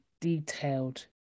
detailed